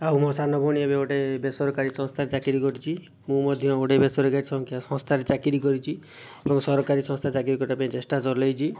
ଆଉ ମୋ' ସାନ ଭଉଣୀ ଏବେ ଗୋଟିଏ ବେସରକାରୀ ସଂସ୍ଥାରେ ଚାକିରି କରିଛି ମୁଁ ମଧ୍ୟ ଗୋଟିଏ ବେସରକାରୀ ସଂଖ୍ୟା ସଂସ୍ଥାରେ ଚାକିରି କରିଛି ଏବଂ ସରକାରୀ ସଂସ୍ଥାରେ ଚାକିରି କରିବା ପାଇଁ ଚେଷ୍ଟା ଚଳାଇଛି